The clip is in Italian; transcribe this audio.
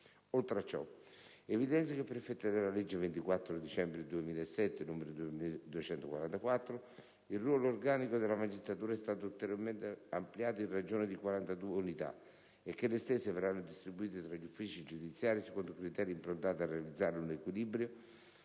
Oltre a ciò, evidenzio che, per effetto della legge 24 dicembre 2007, n. 244, il ruolo organico della magistratura è stato ulteriormente ampliato in ragione di quarantadue unità e che le stesse verranno distribuite tra gli uffici giudiziari secondo criteri improntati a realizzare un riequilibrio